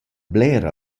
bler